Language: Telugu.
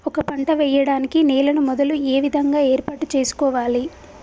ఒక పంట వెయ్యడానికి నేలను మొదలు ఏ విధంగా ఏర్పాటు చేసుకోవాలి?